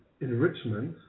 enrichment